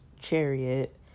chariot